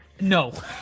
No